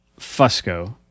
Fusco